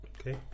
Okay